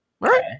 right